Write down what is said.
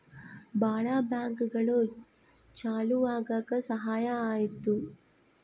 ಭಾಳ ಬ್ಯಾಂಕ್ಗಳು ಚಾಲೂ ಆಗಕ್ ಸಹಾಯ ಆಯ್ತು